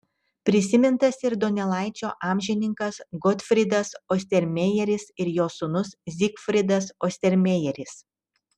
prisimintinas ir donelaičio amžininkas gotfrydas ostermejeris ir jo sūnus zygfridas ostermejeris